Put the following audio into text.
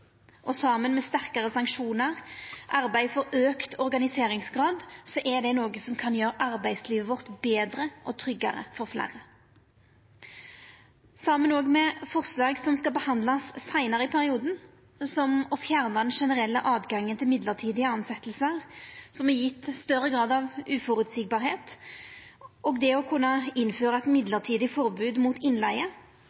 Saman med sterkare sanksjonar og arbeid for auka organiseringsgrad er det noko som kan gjera arbeidslivet vårt betre og tryggare for fleire. Så har me også forslag som skal behandlast seinare i perioden, som å fjerna den generelle tilgangen til mellombelse tilsetjingar, som har gjeve større grad av uføreseielegheit, og det å kunna innføra eit